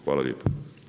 Hvala lijepo.